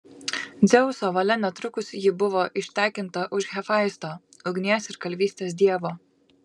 dzeuso valia netrukus ji buvo ištekinta už hefaisto ugnies ir kalvystės dievo